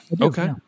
Okay